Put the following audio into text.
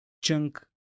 chunk